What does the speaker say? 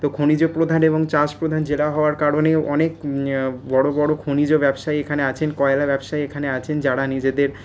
তো খনিজ প্রধান এবং চাষ প্রধান জেলা হওয়ার কারণে অনেক বড়ো বড়ো খনিজ ব্যবসায়ী এইখানে আছেন কয়লা ব্যবসায়ী এইখানে আছেন যারা নিজেদের